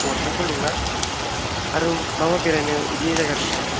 waterfall दंना मा मा बेरायनो बिदि जायगा दंबावो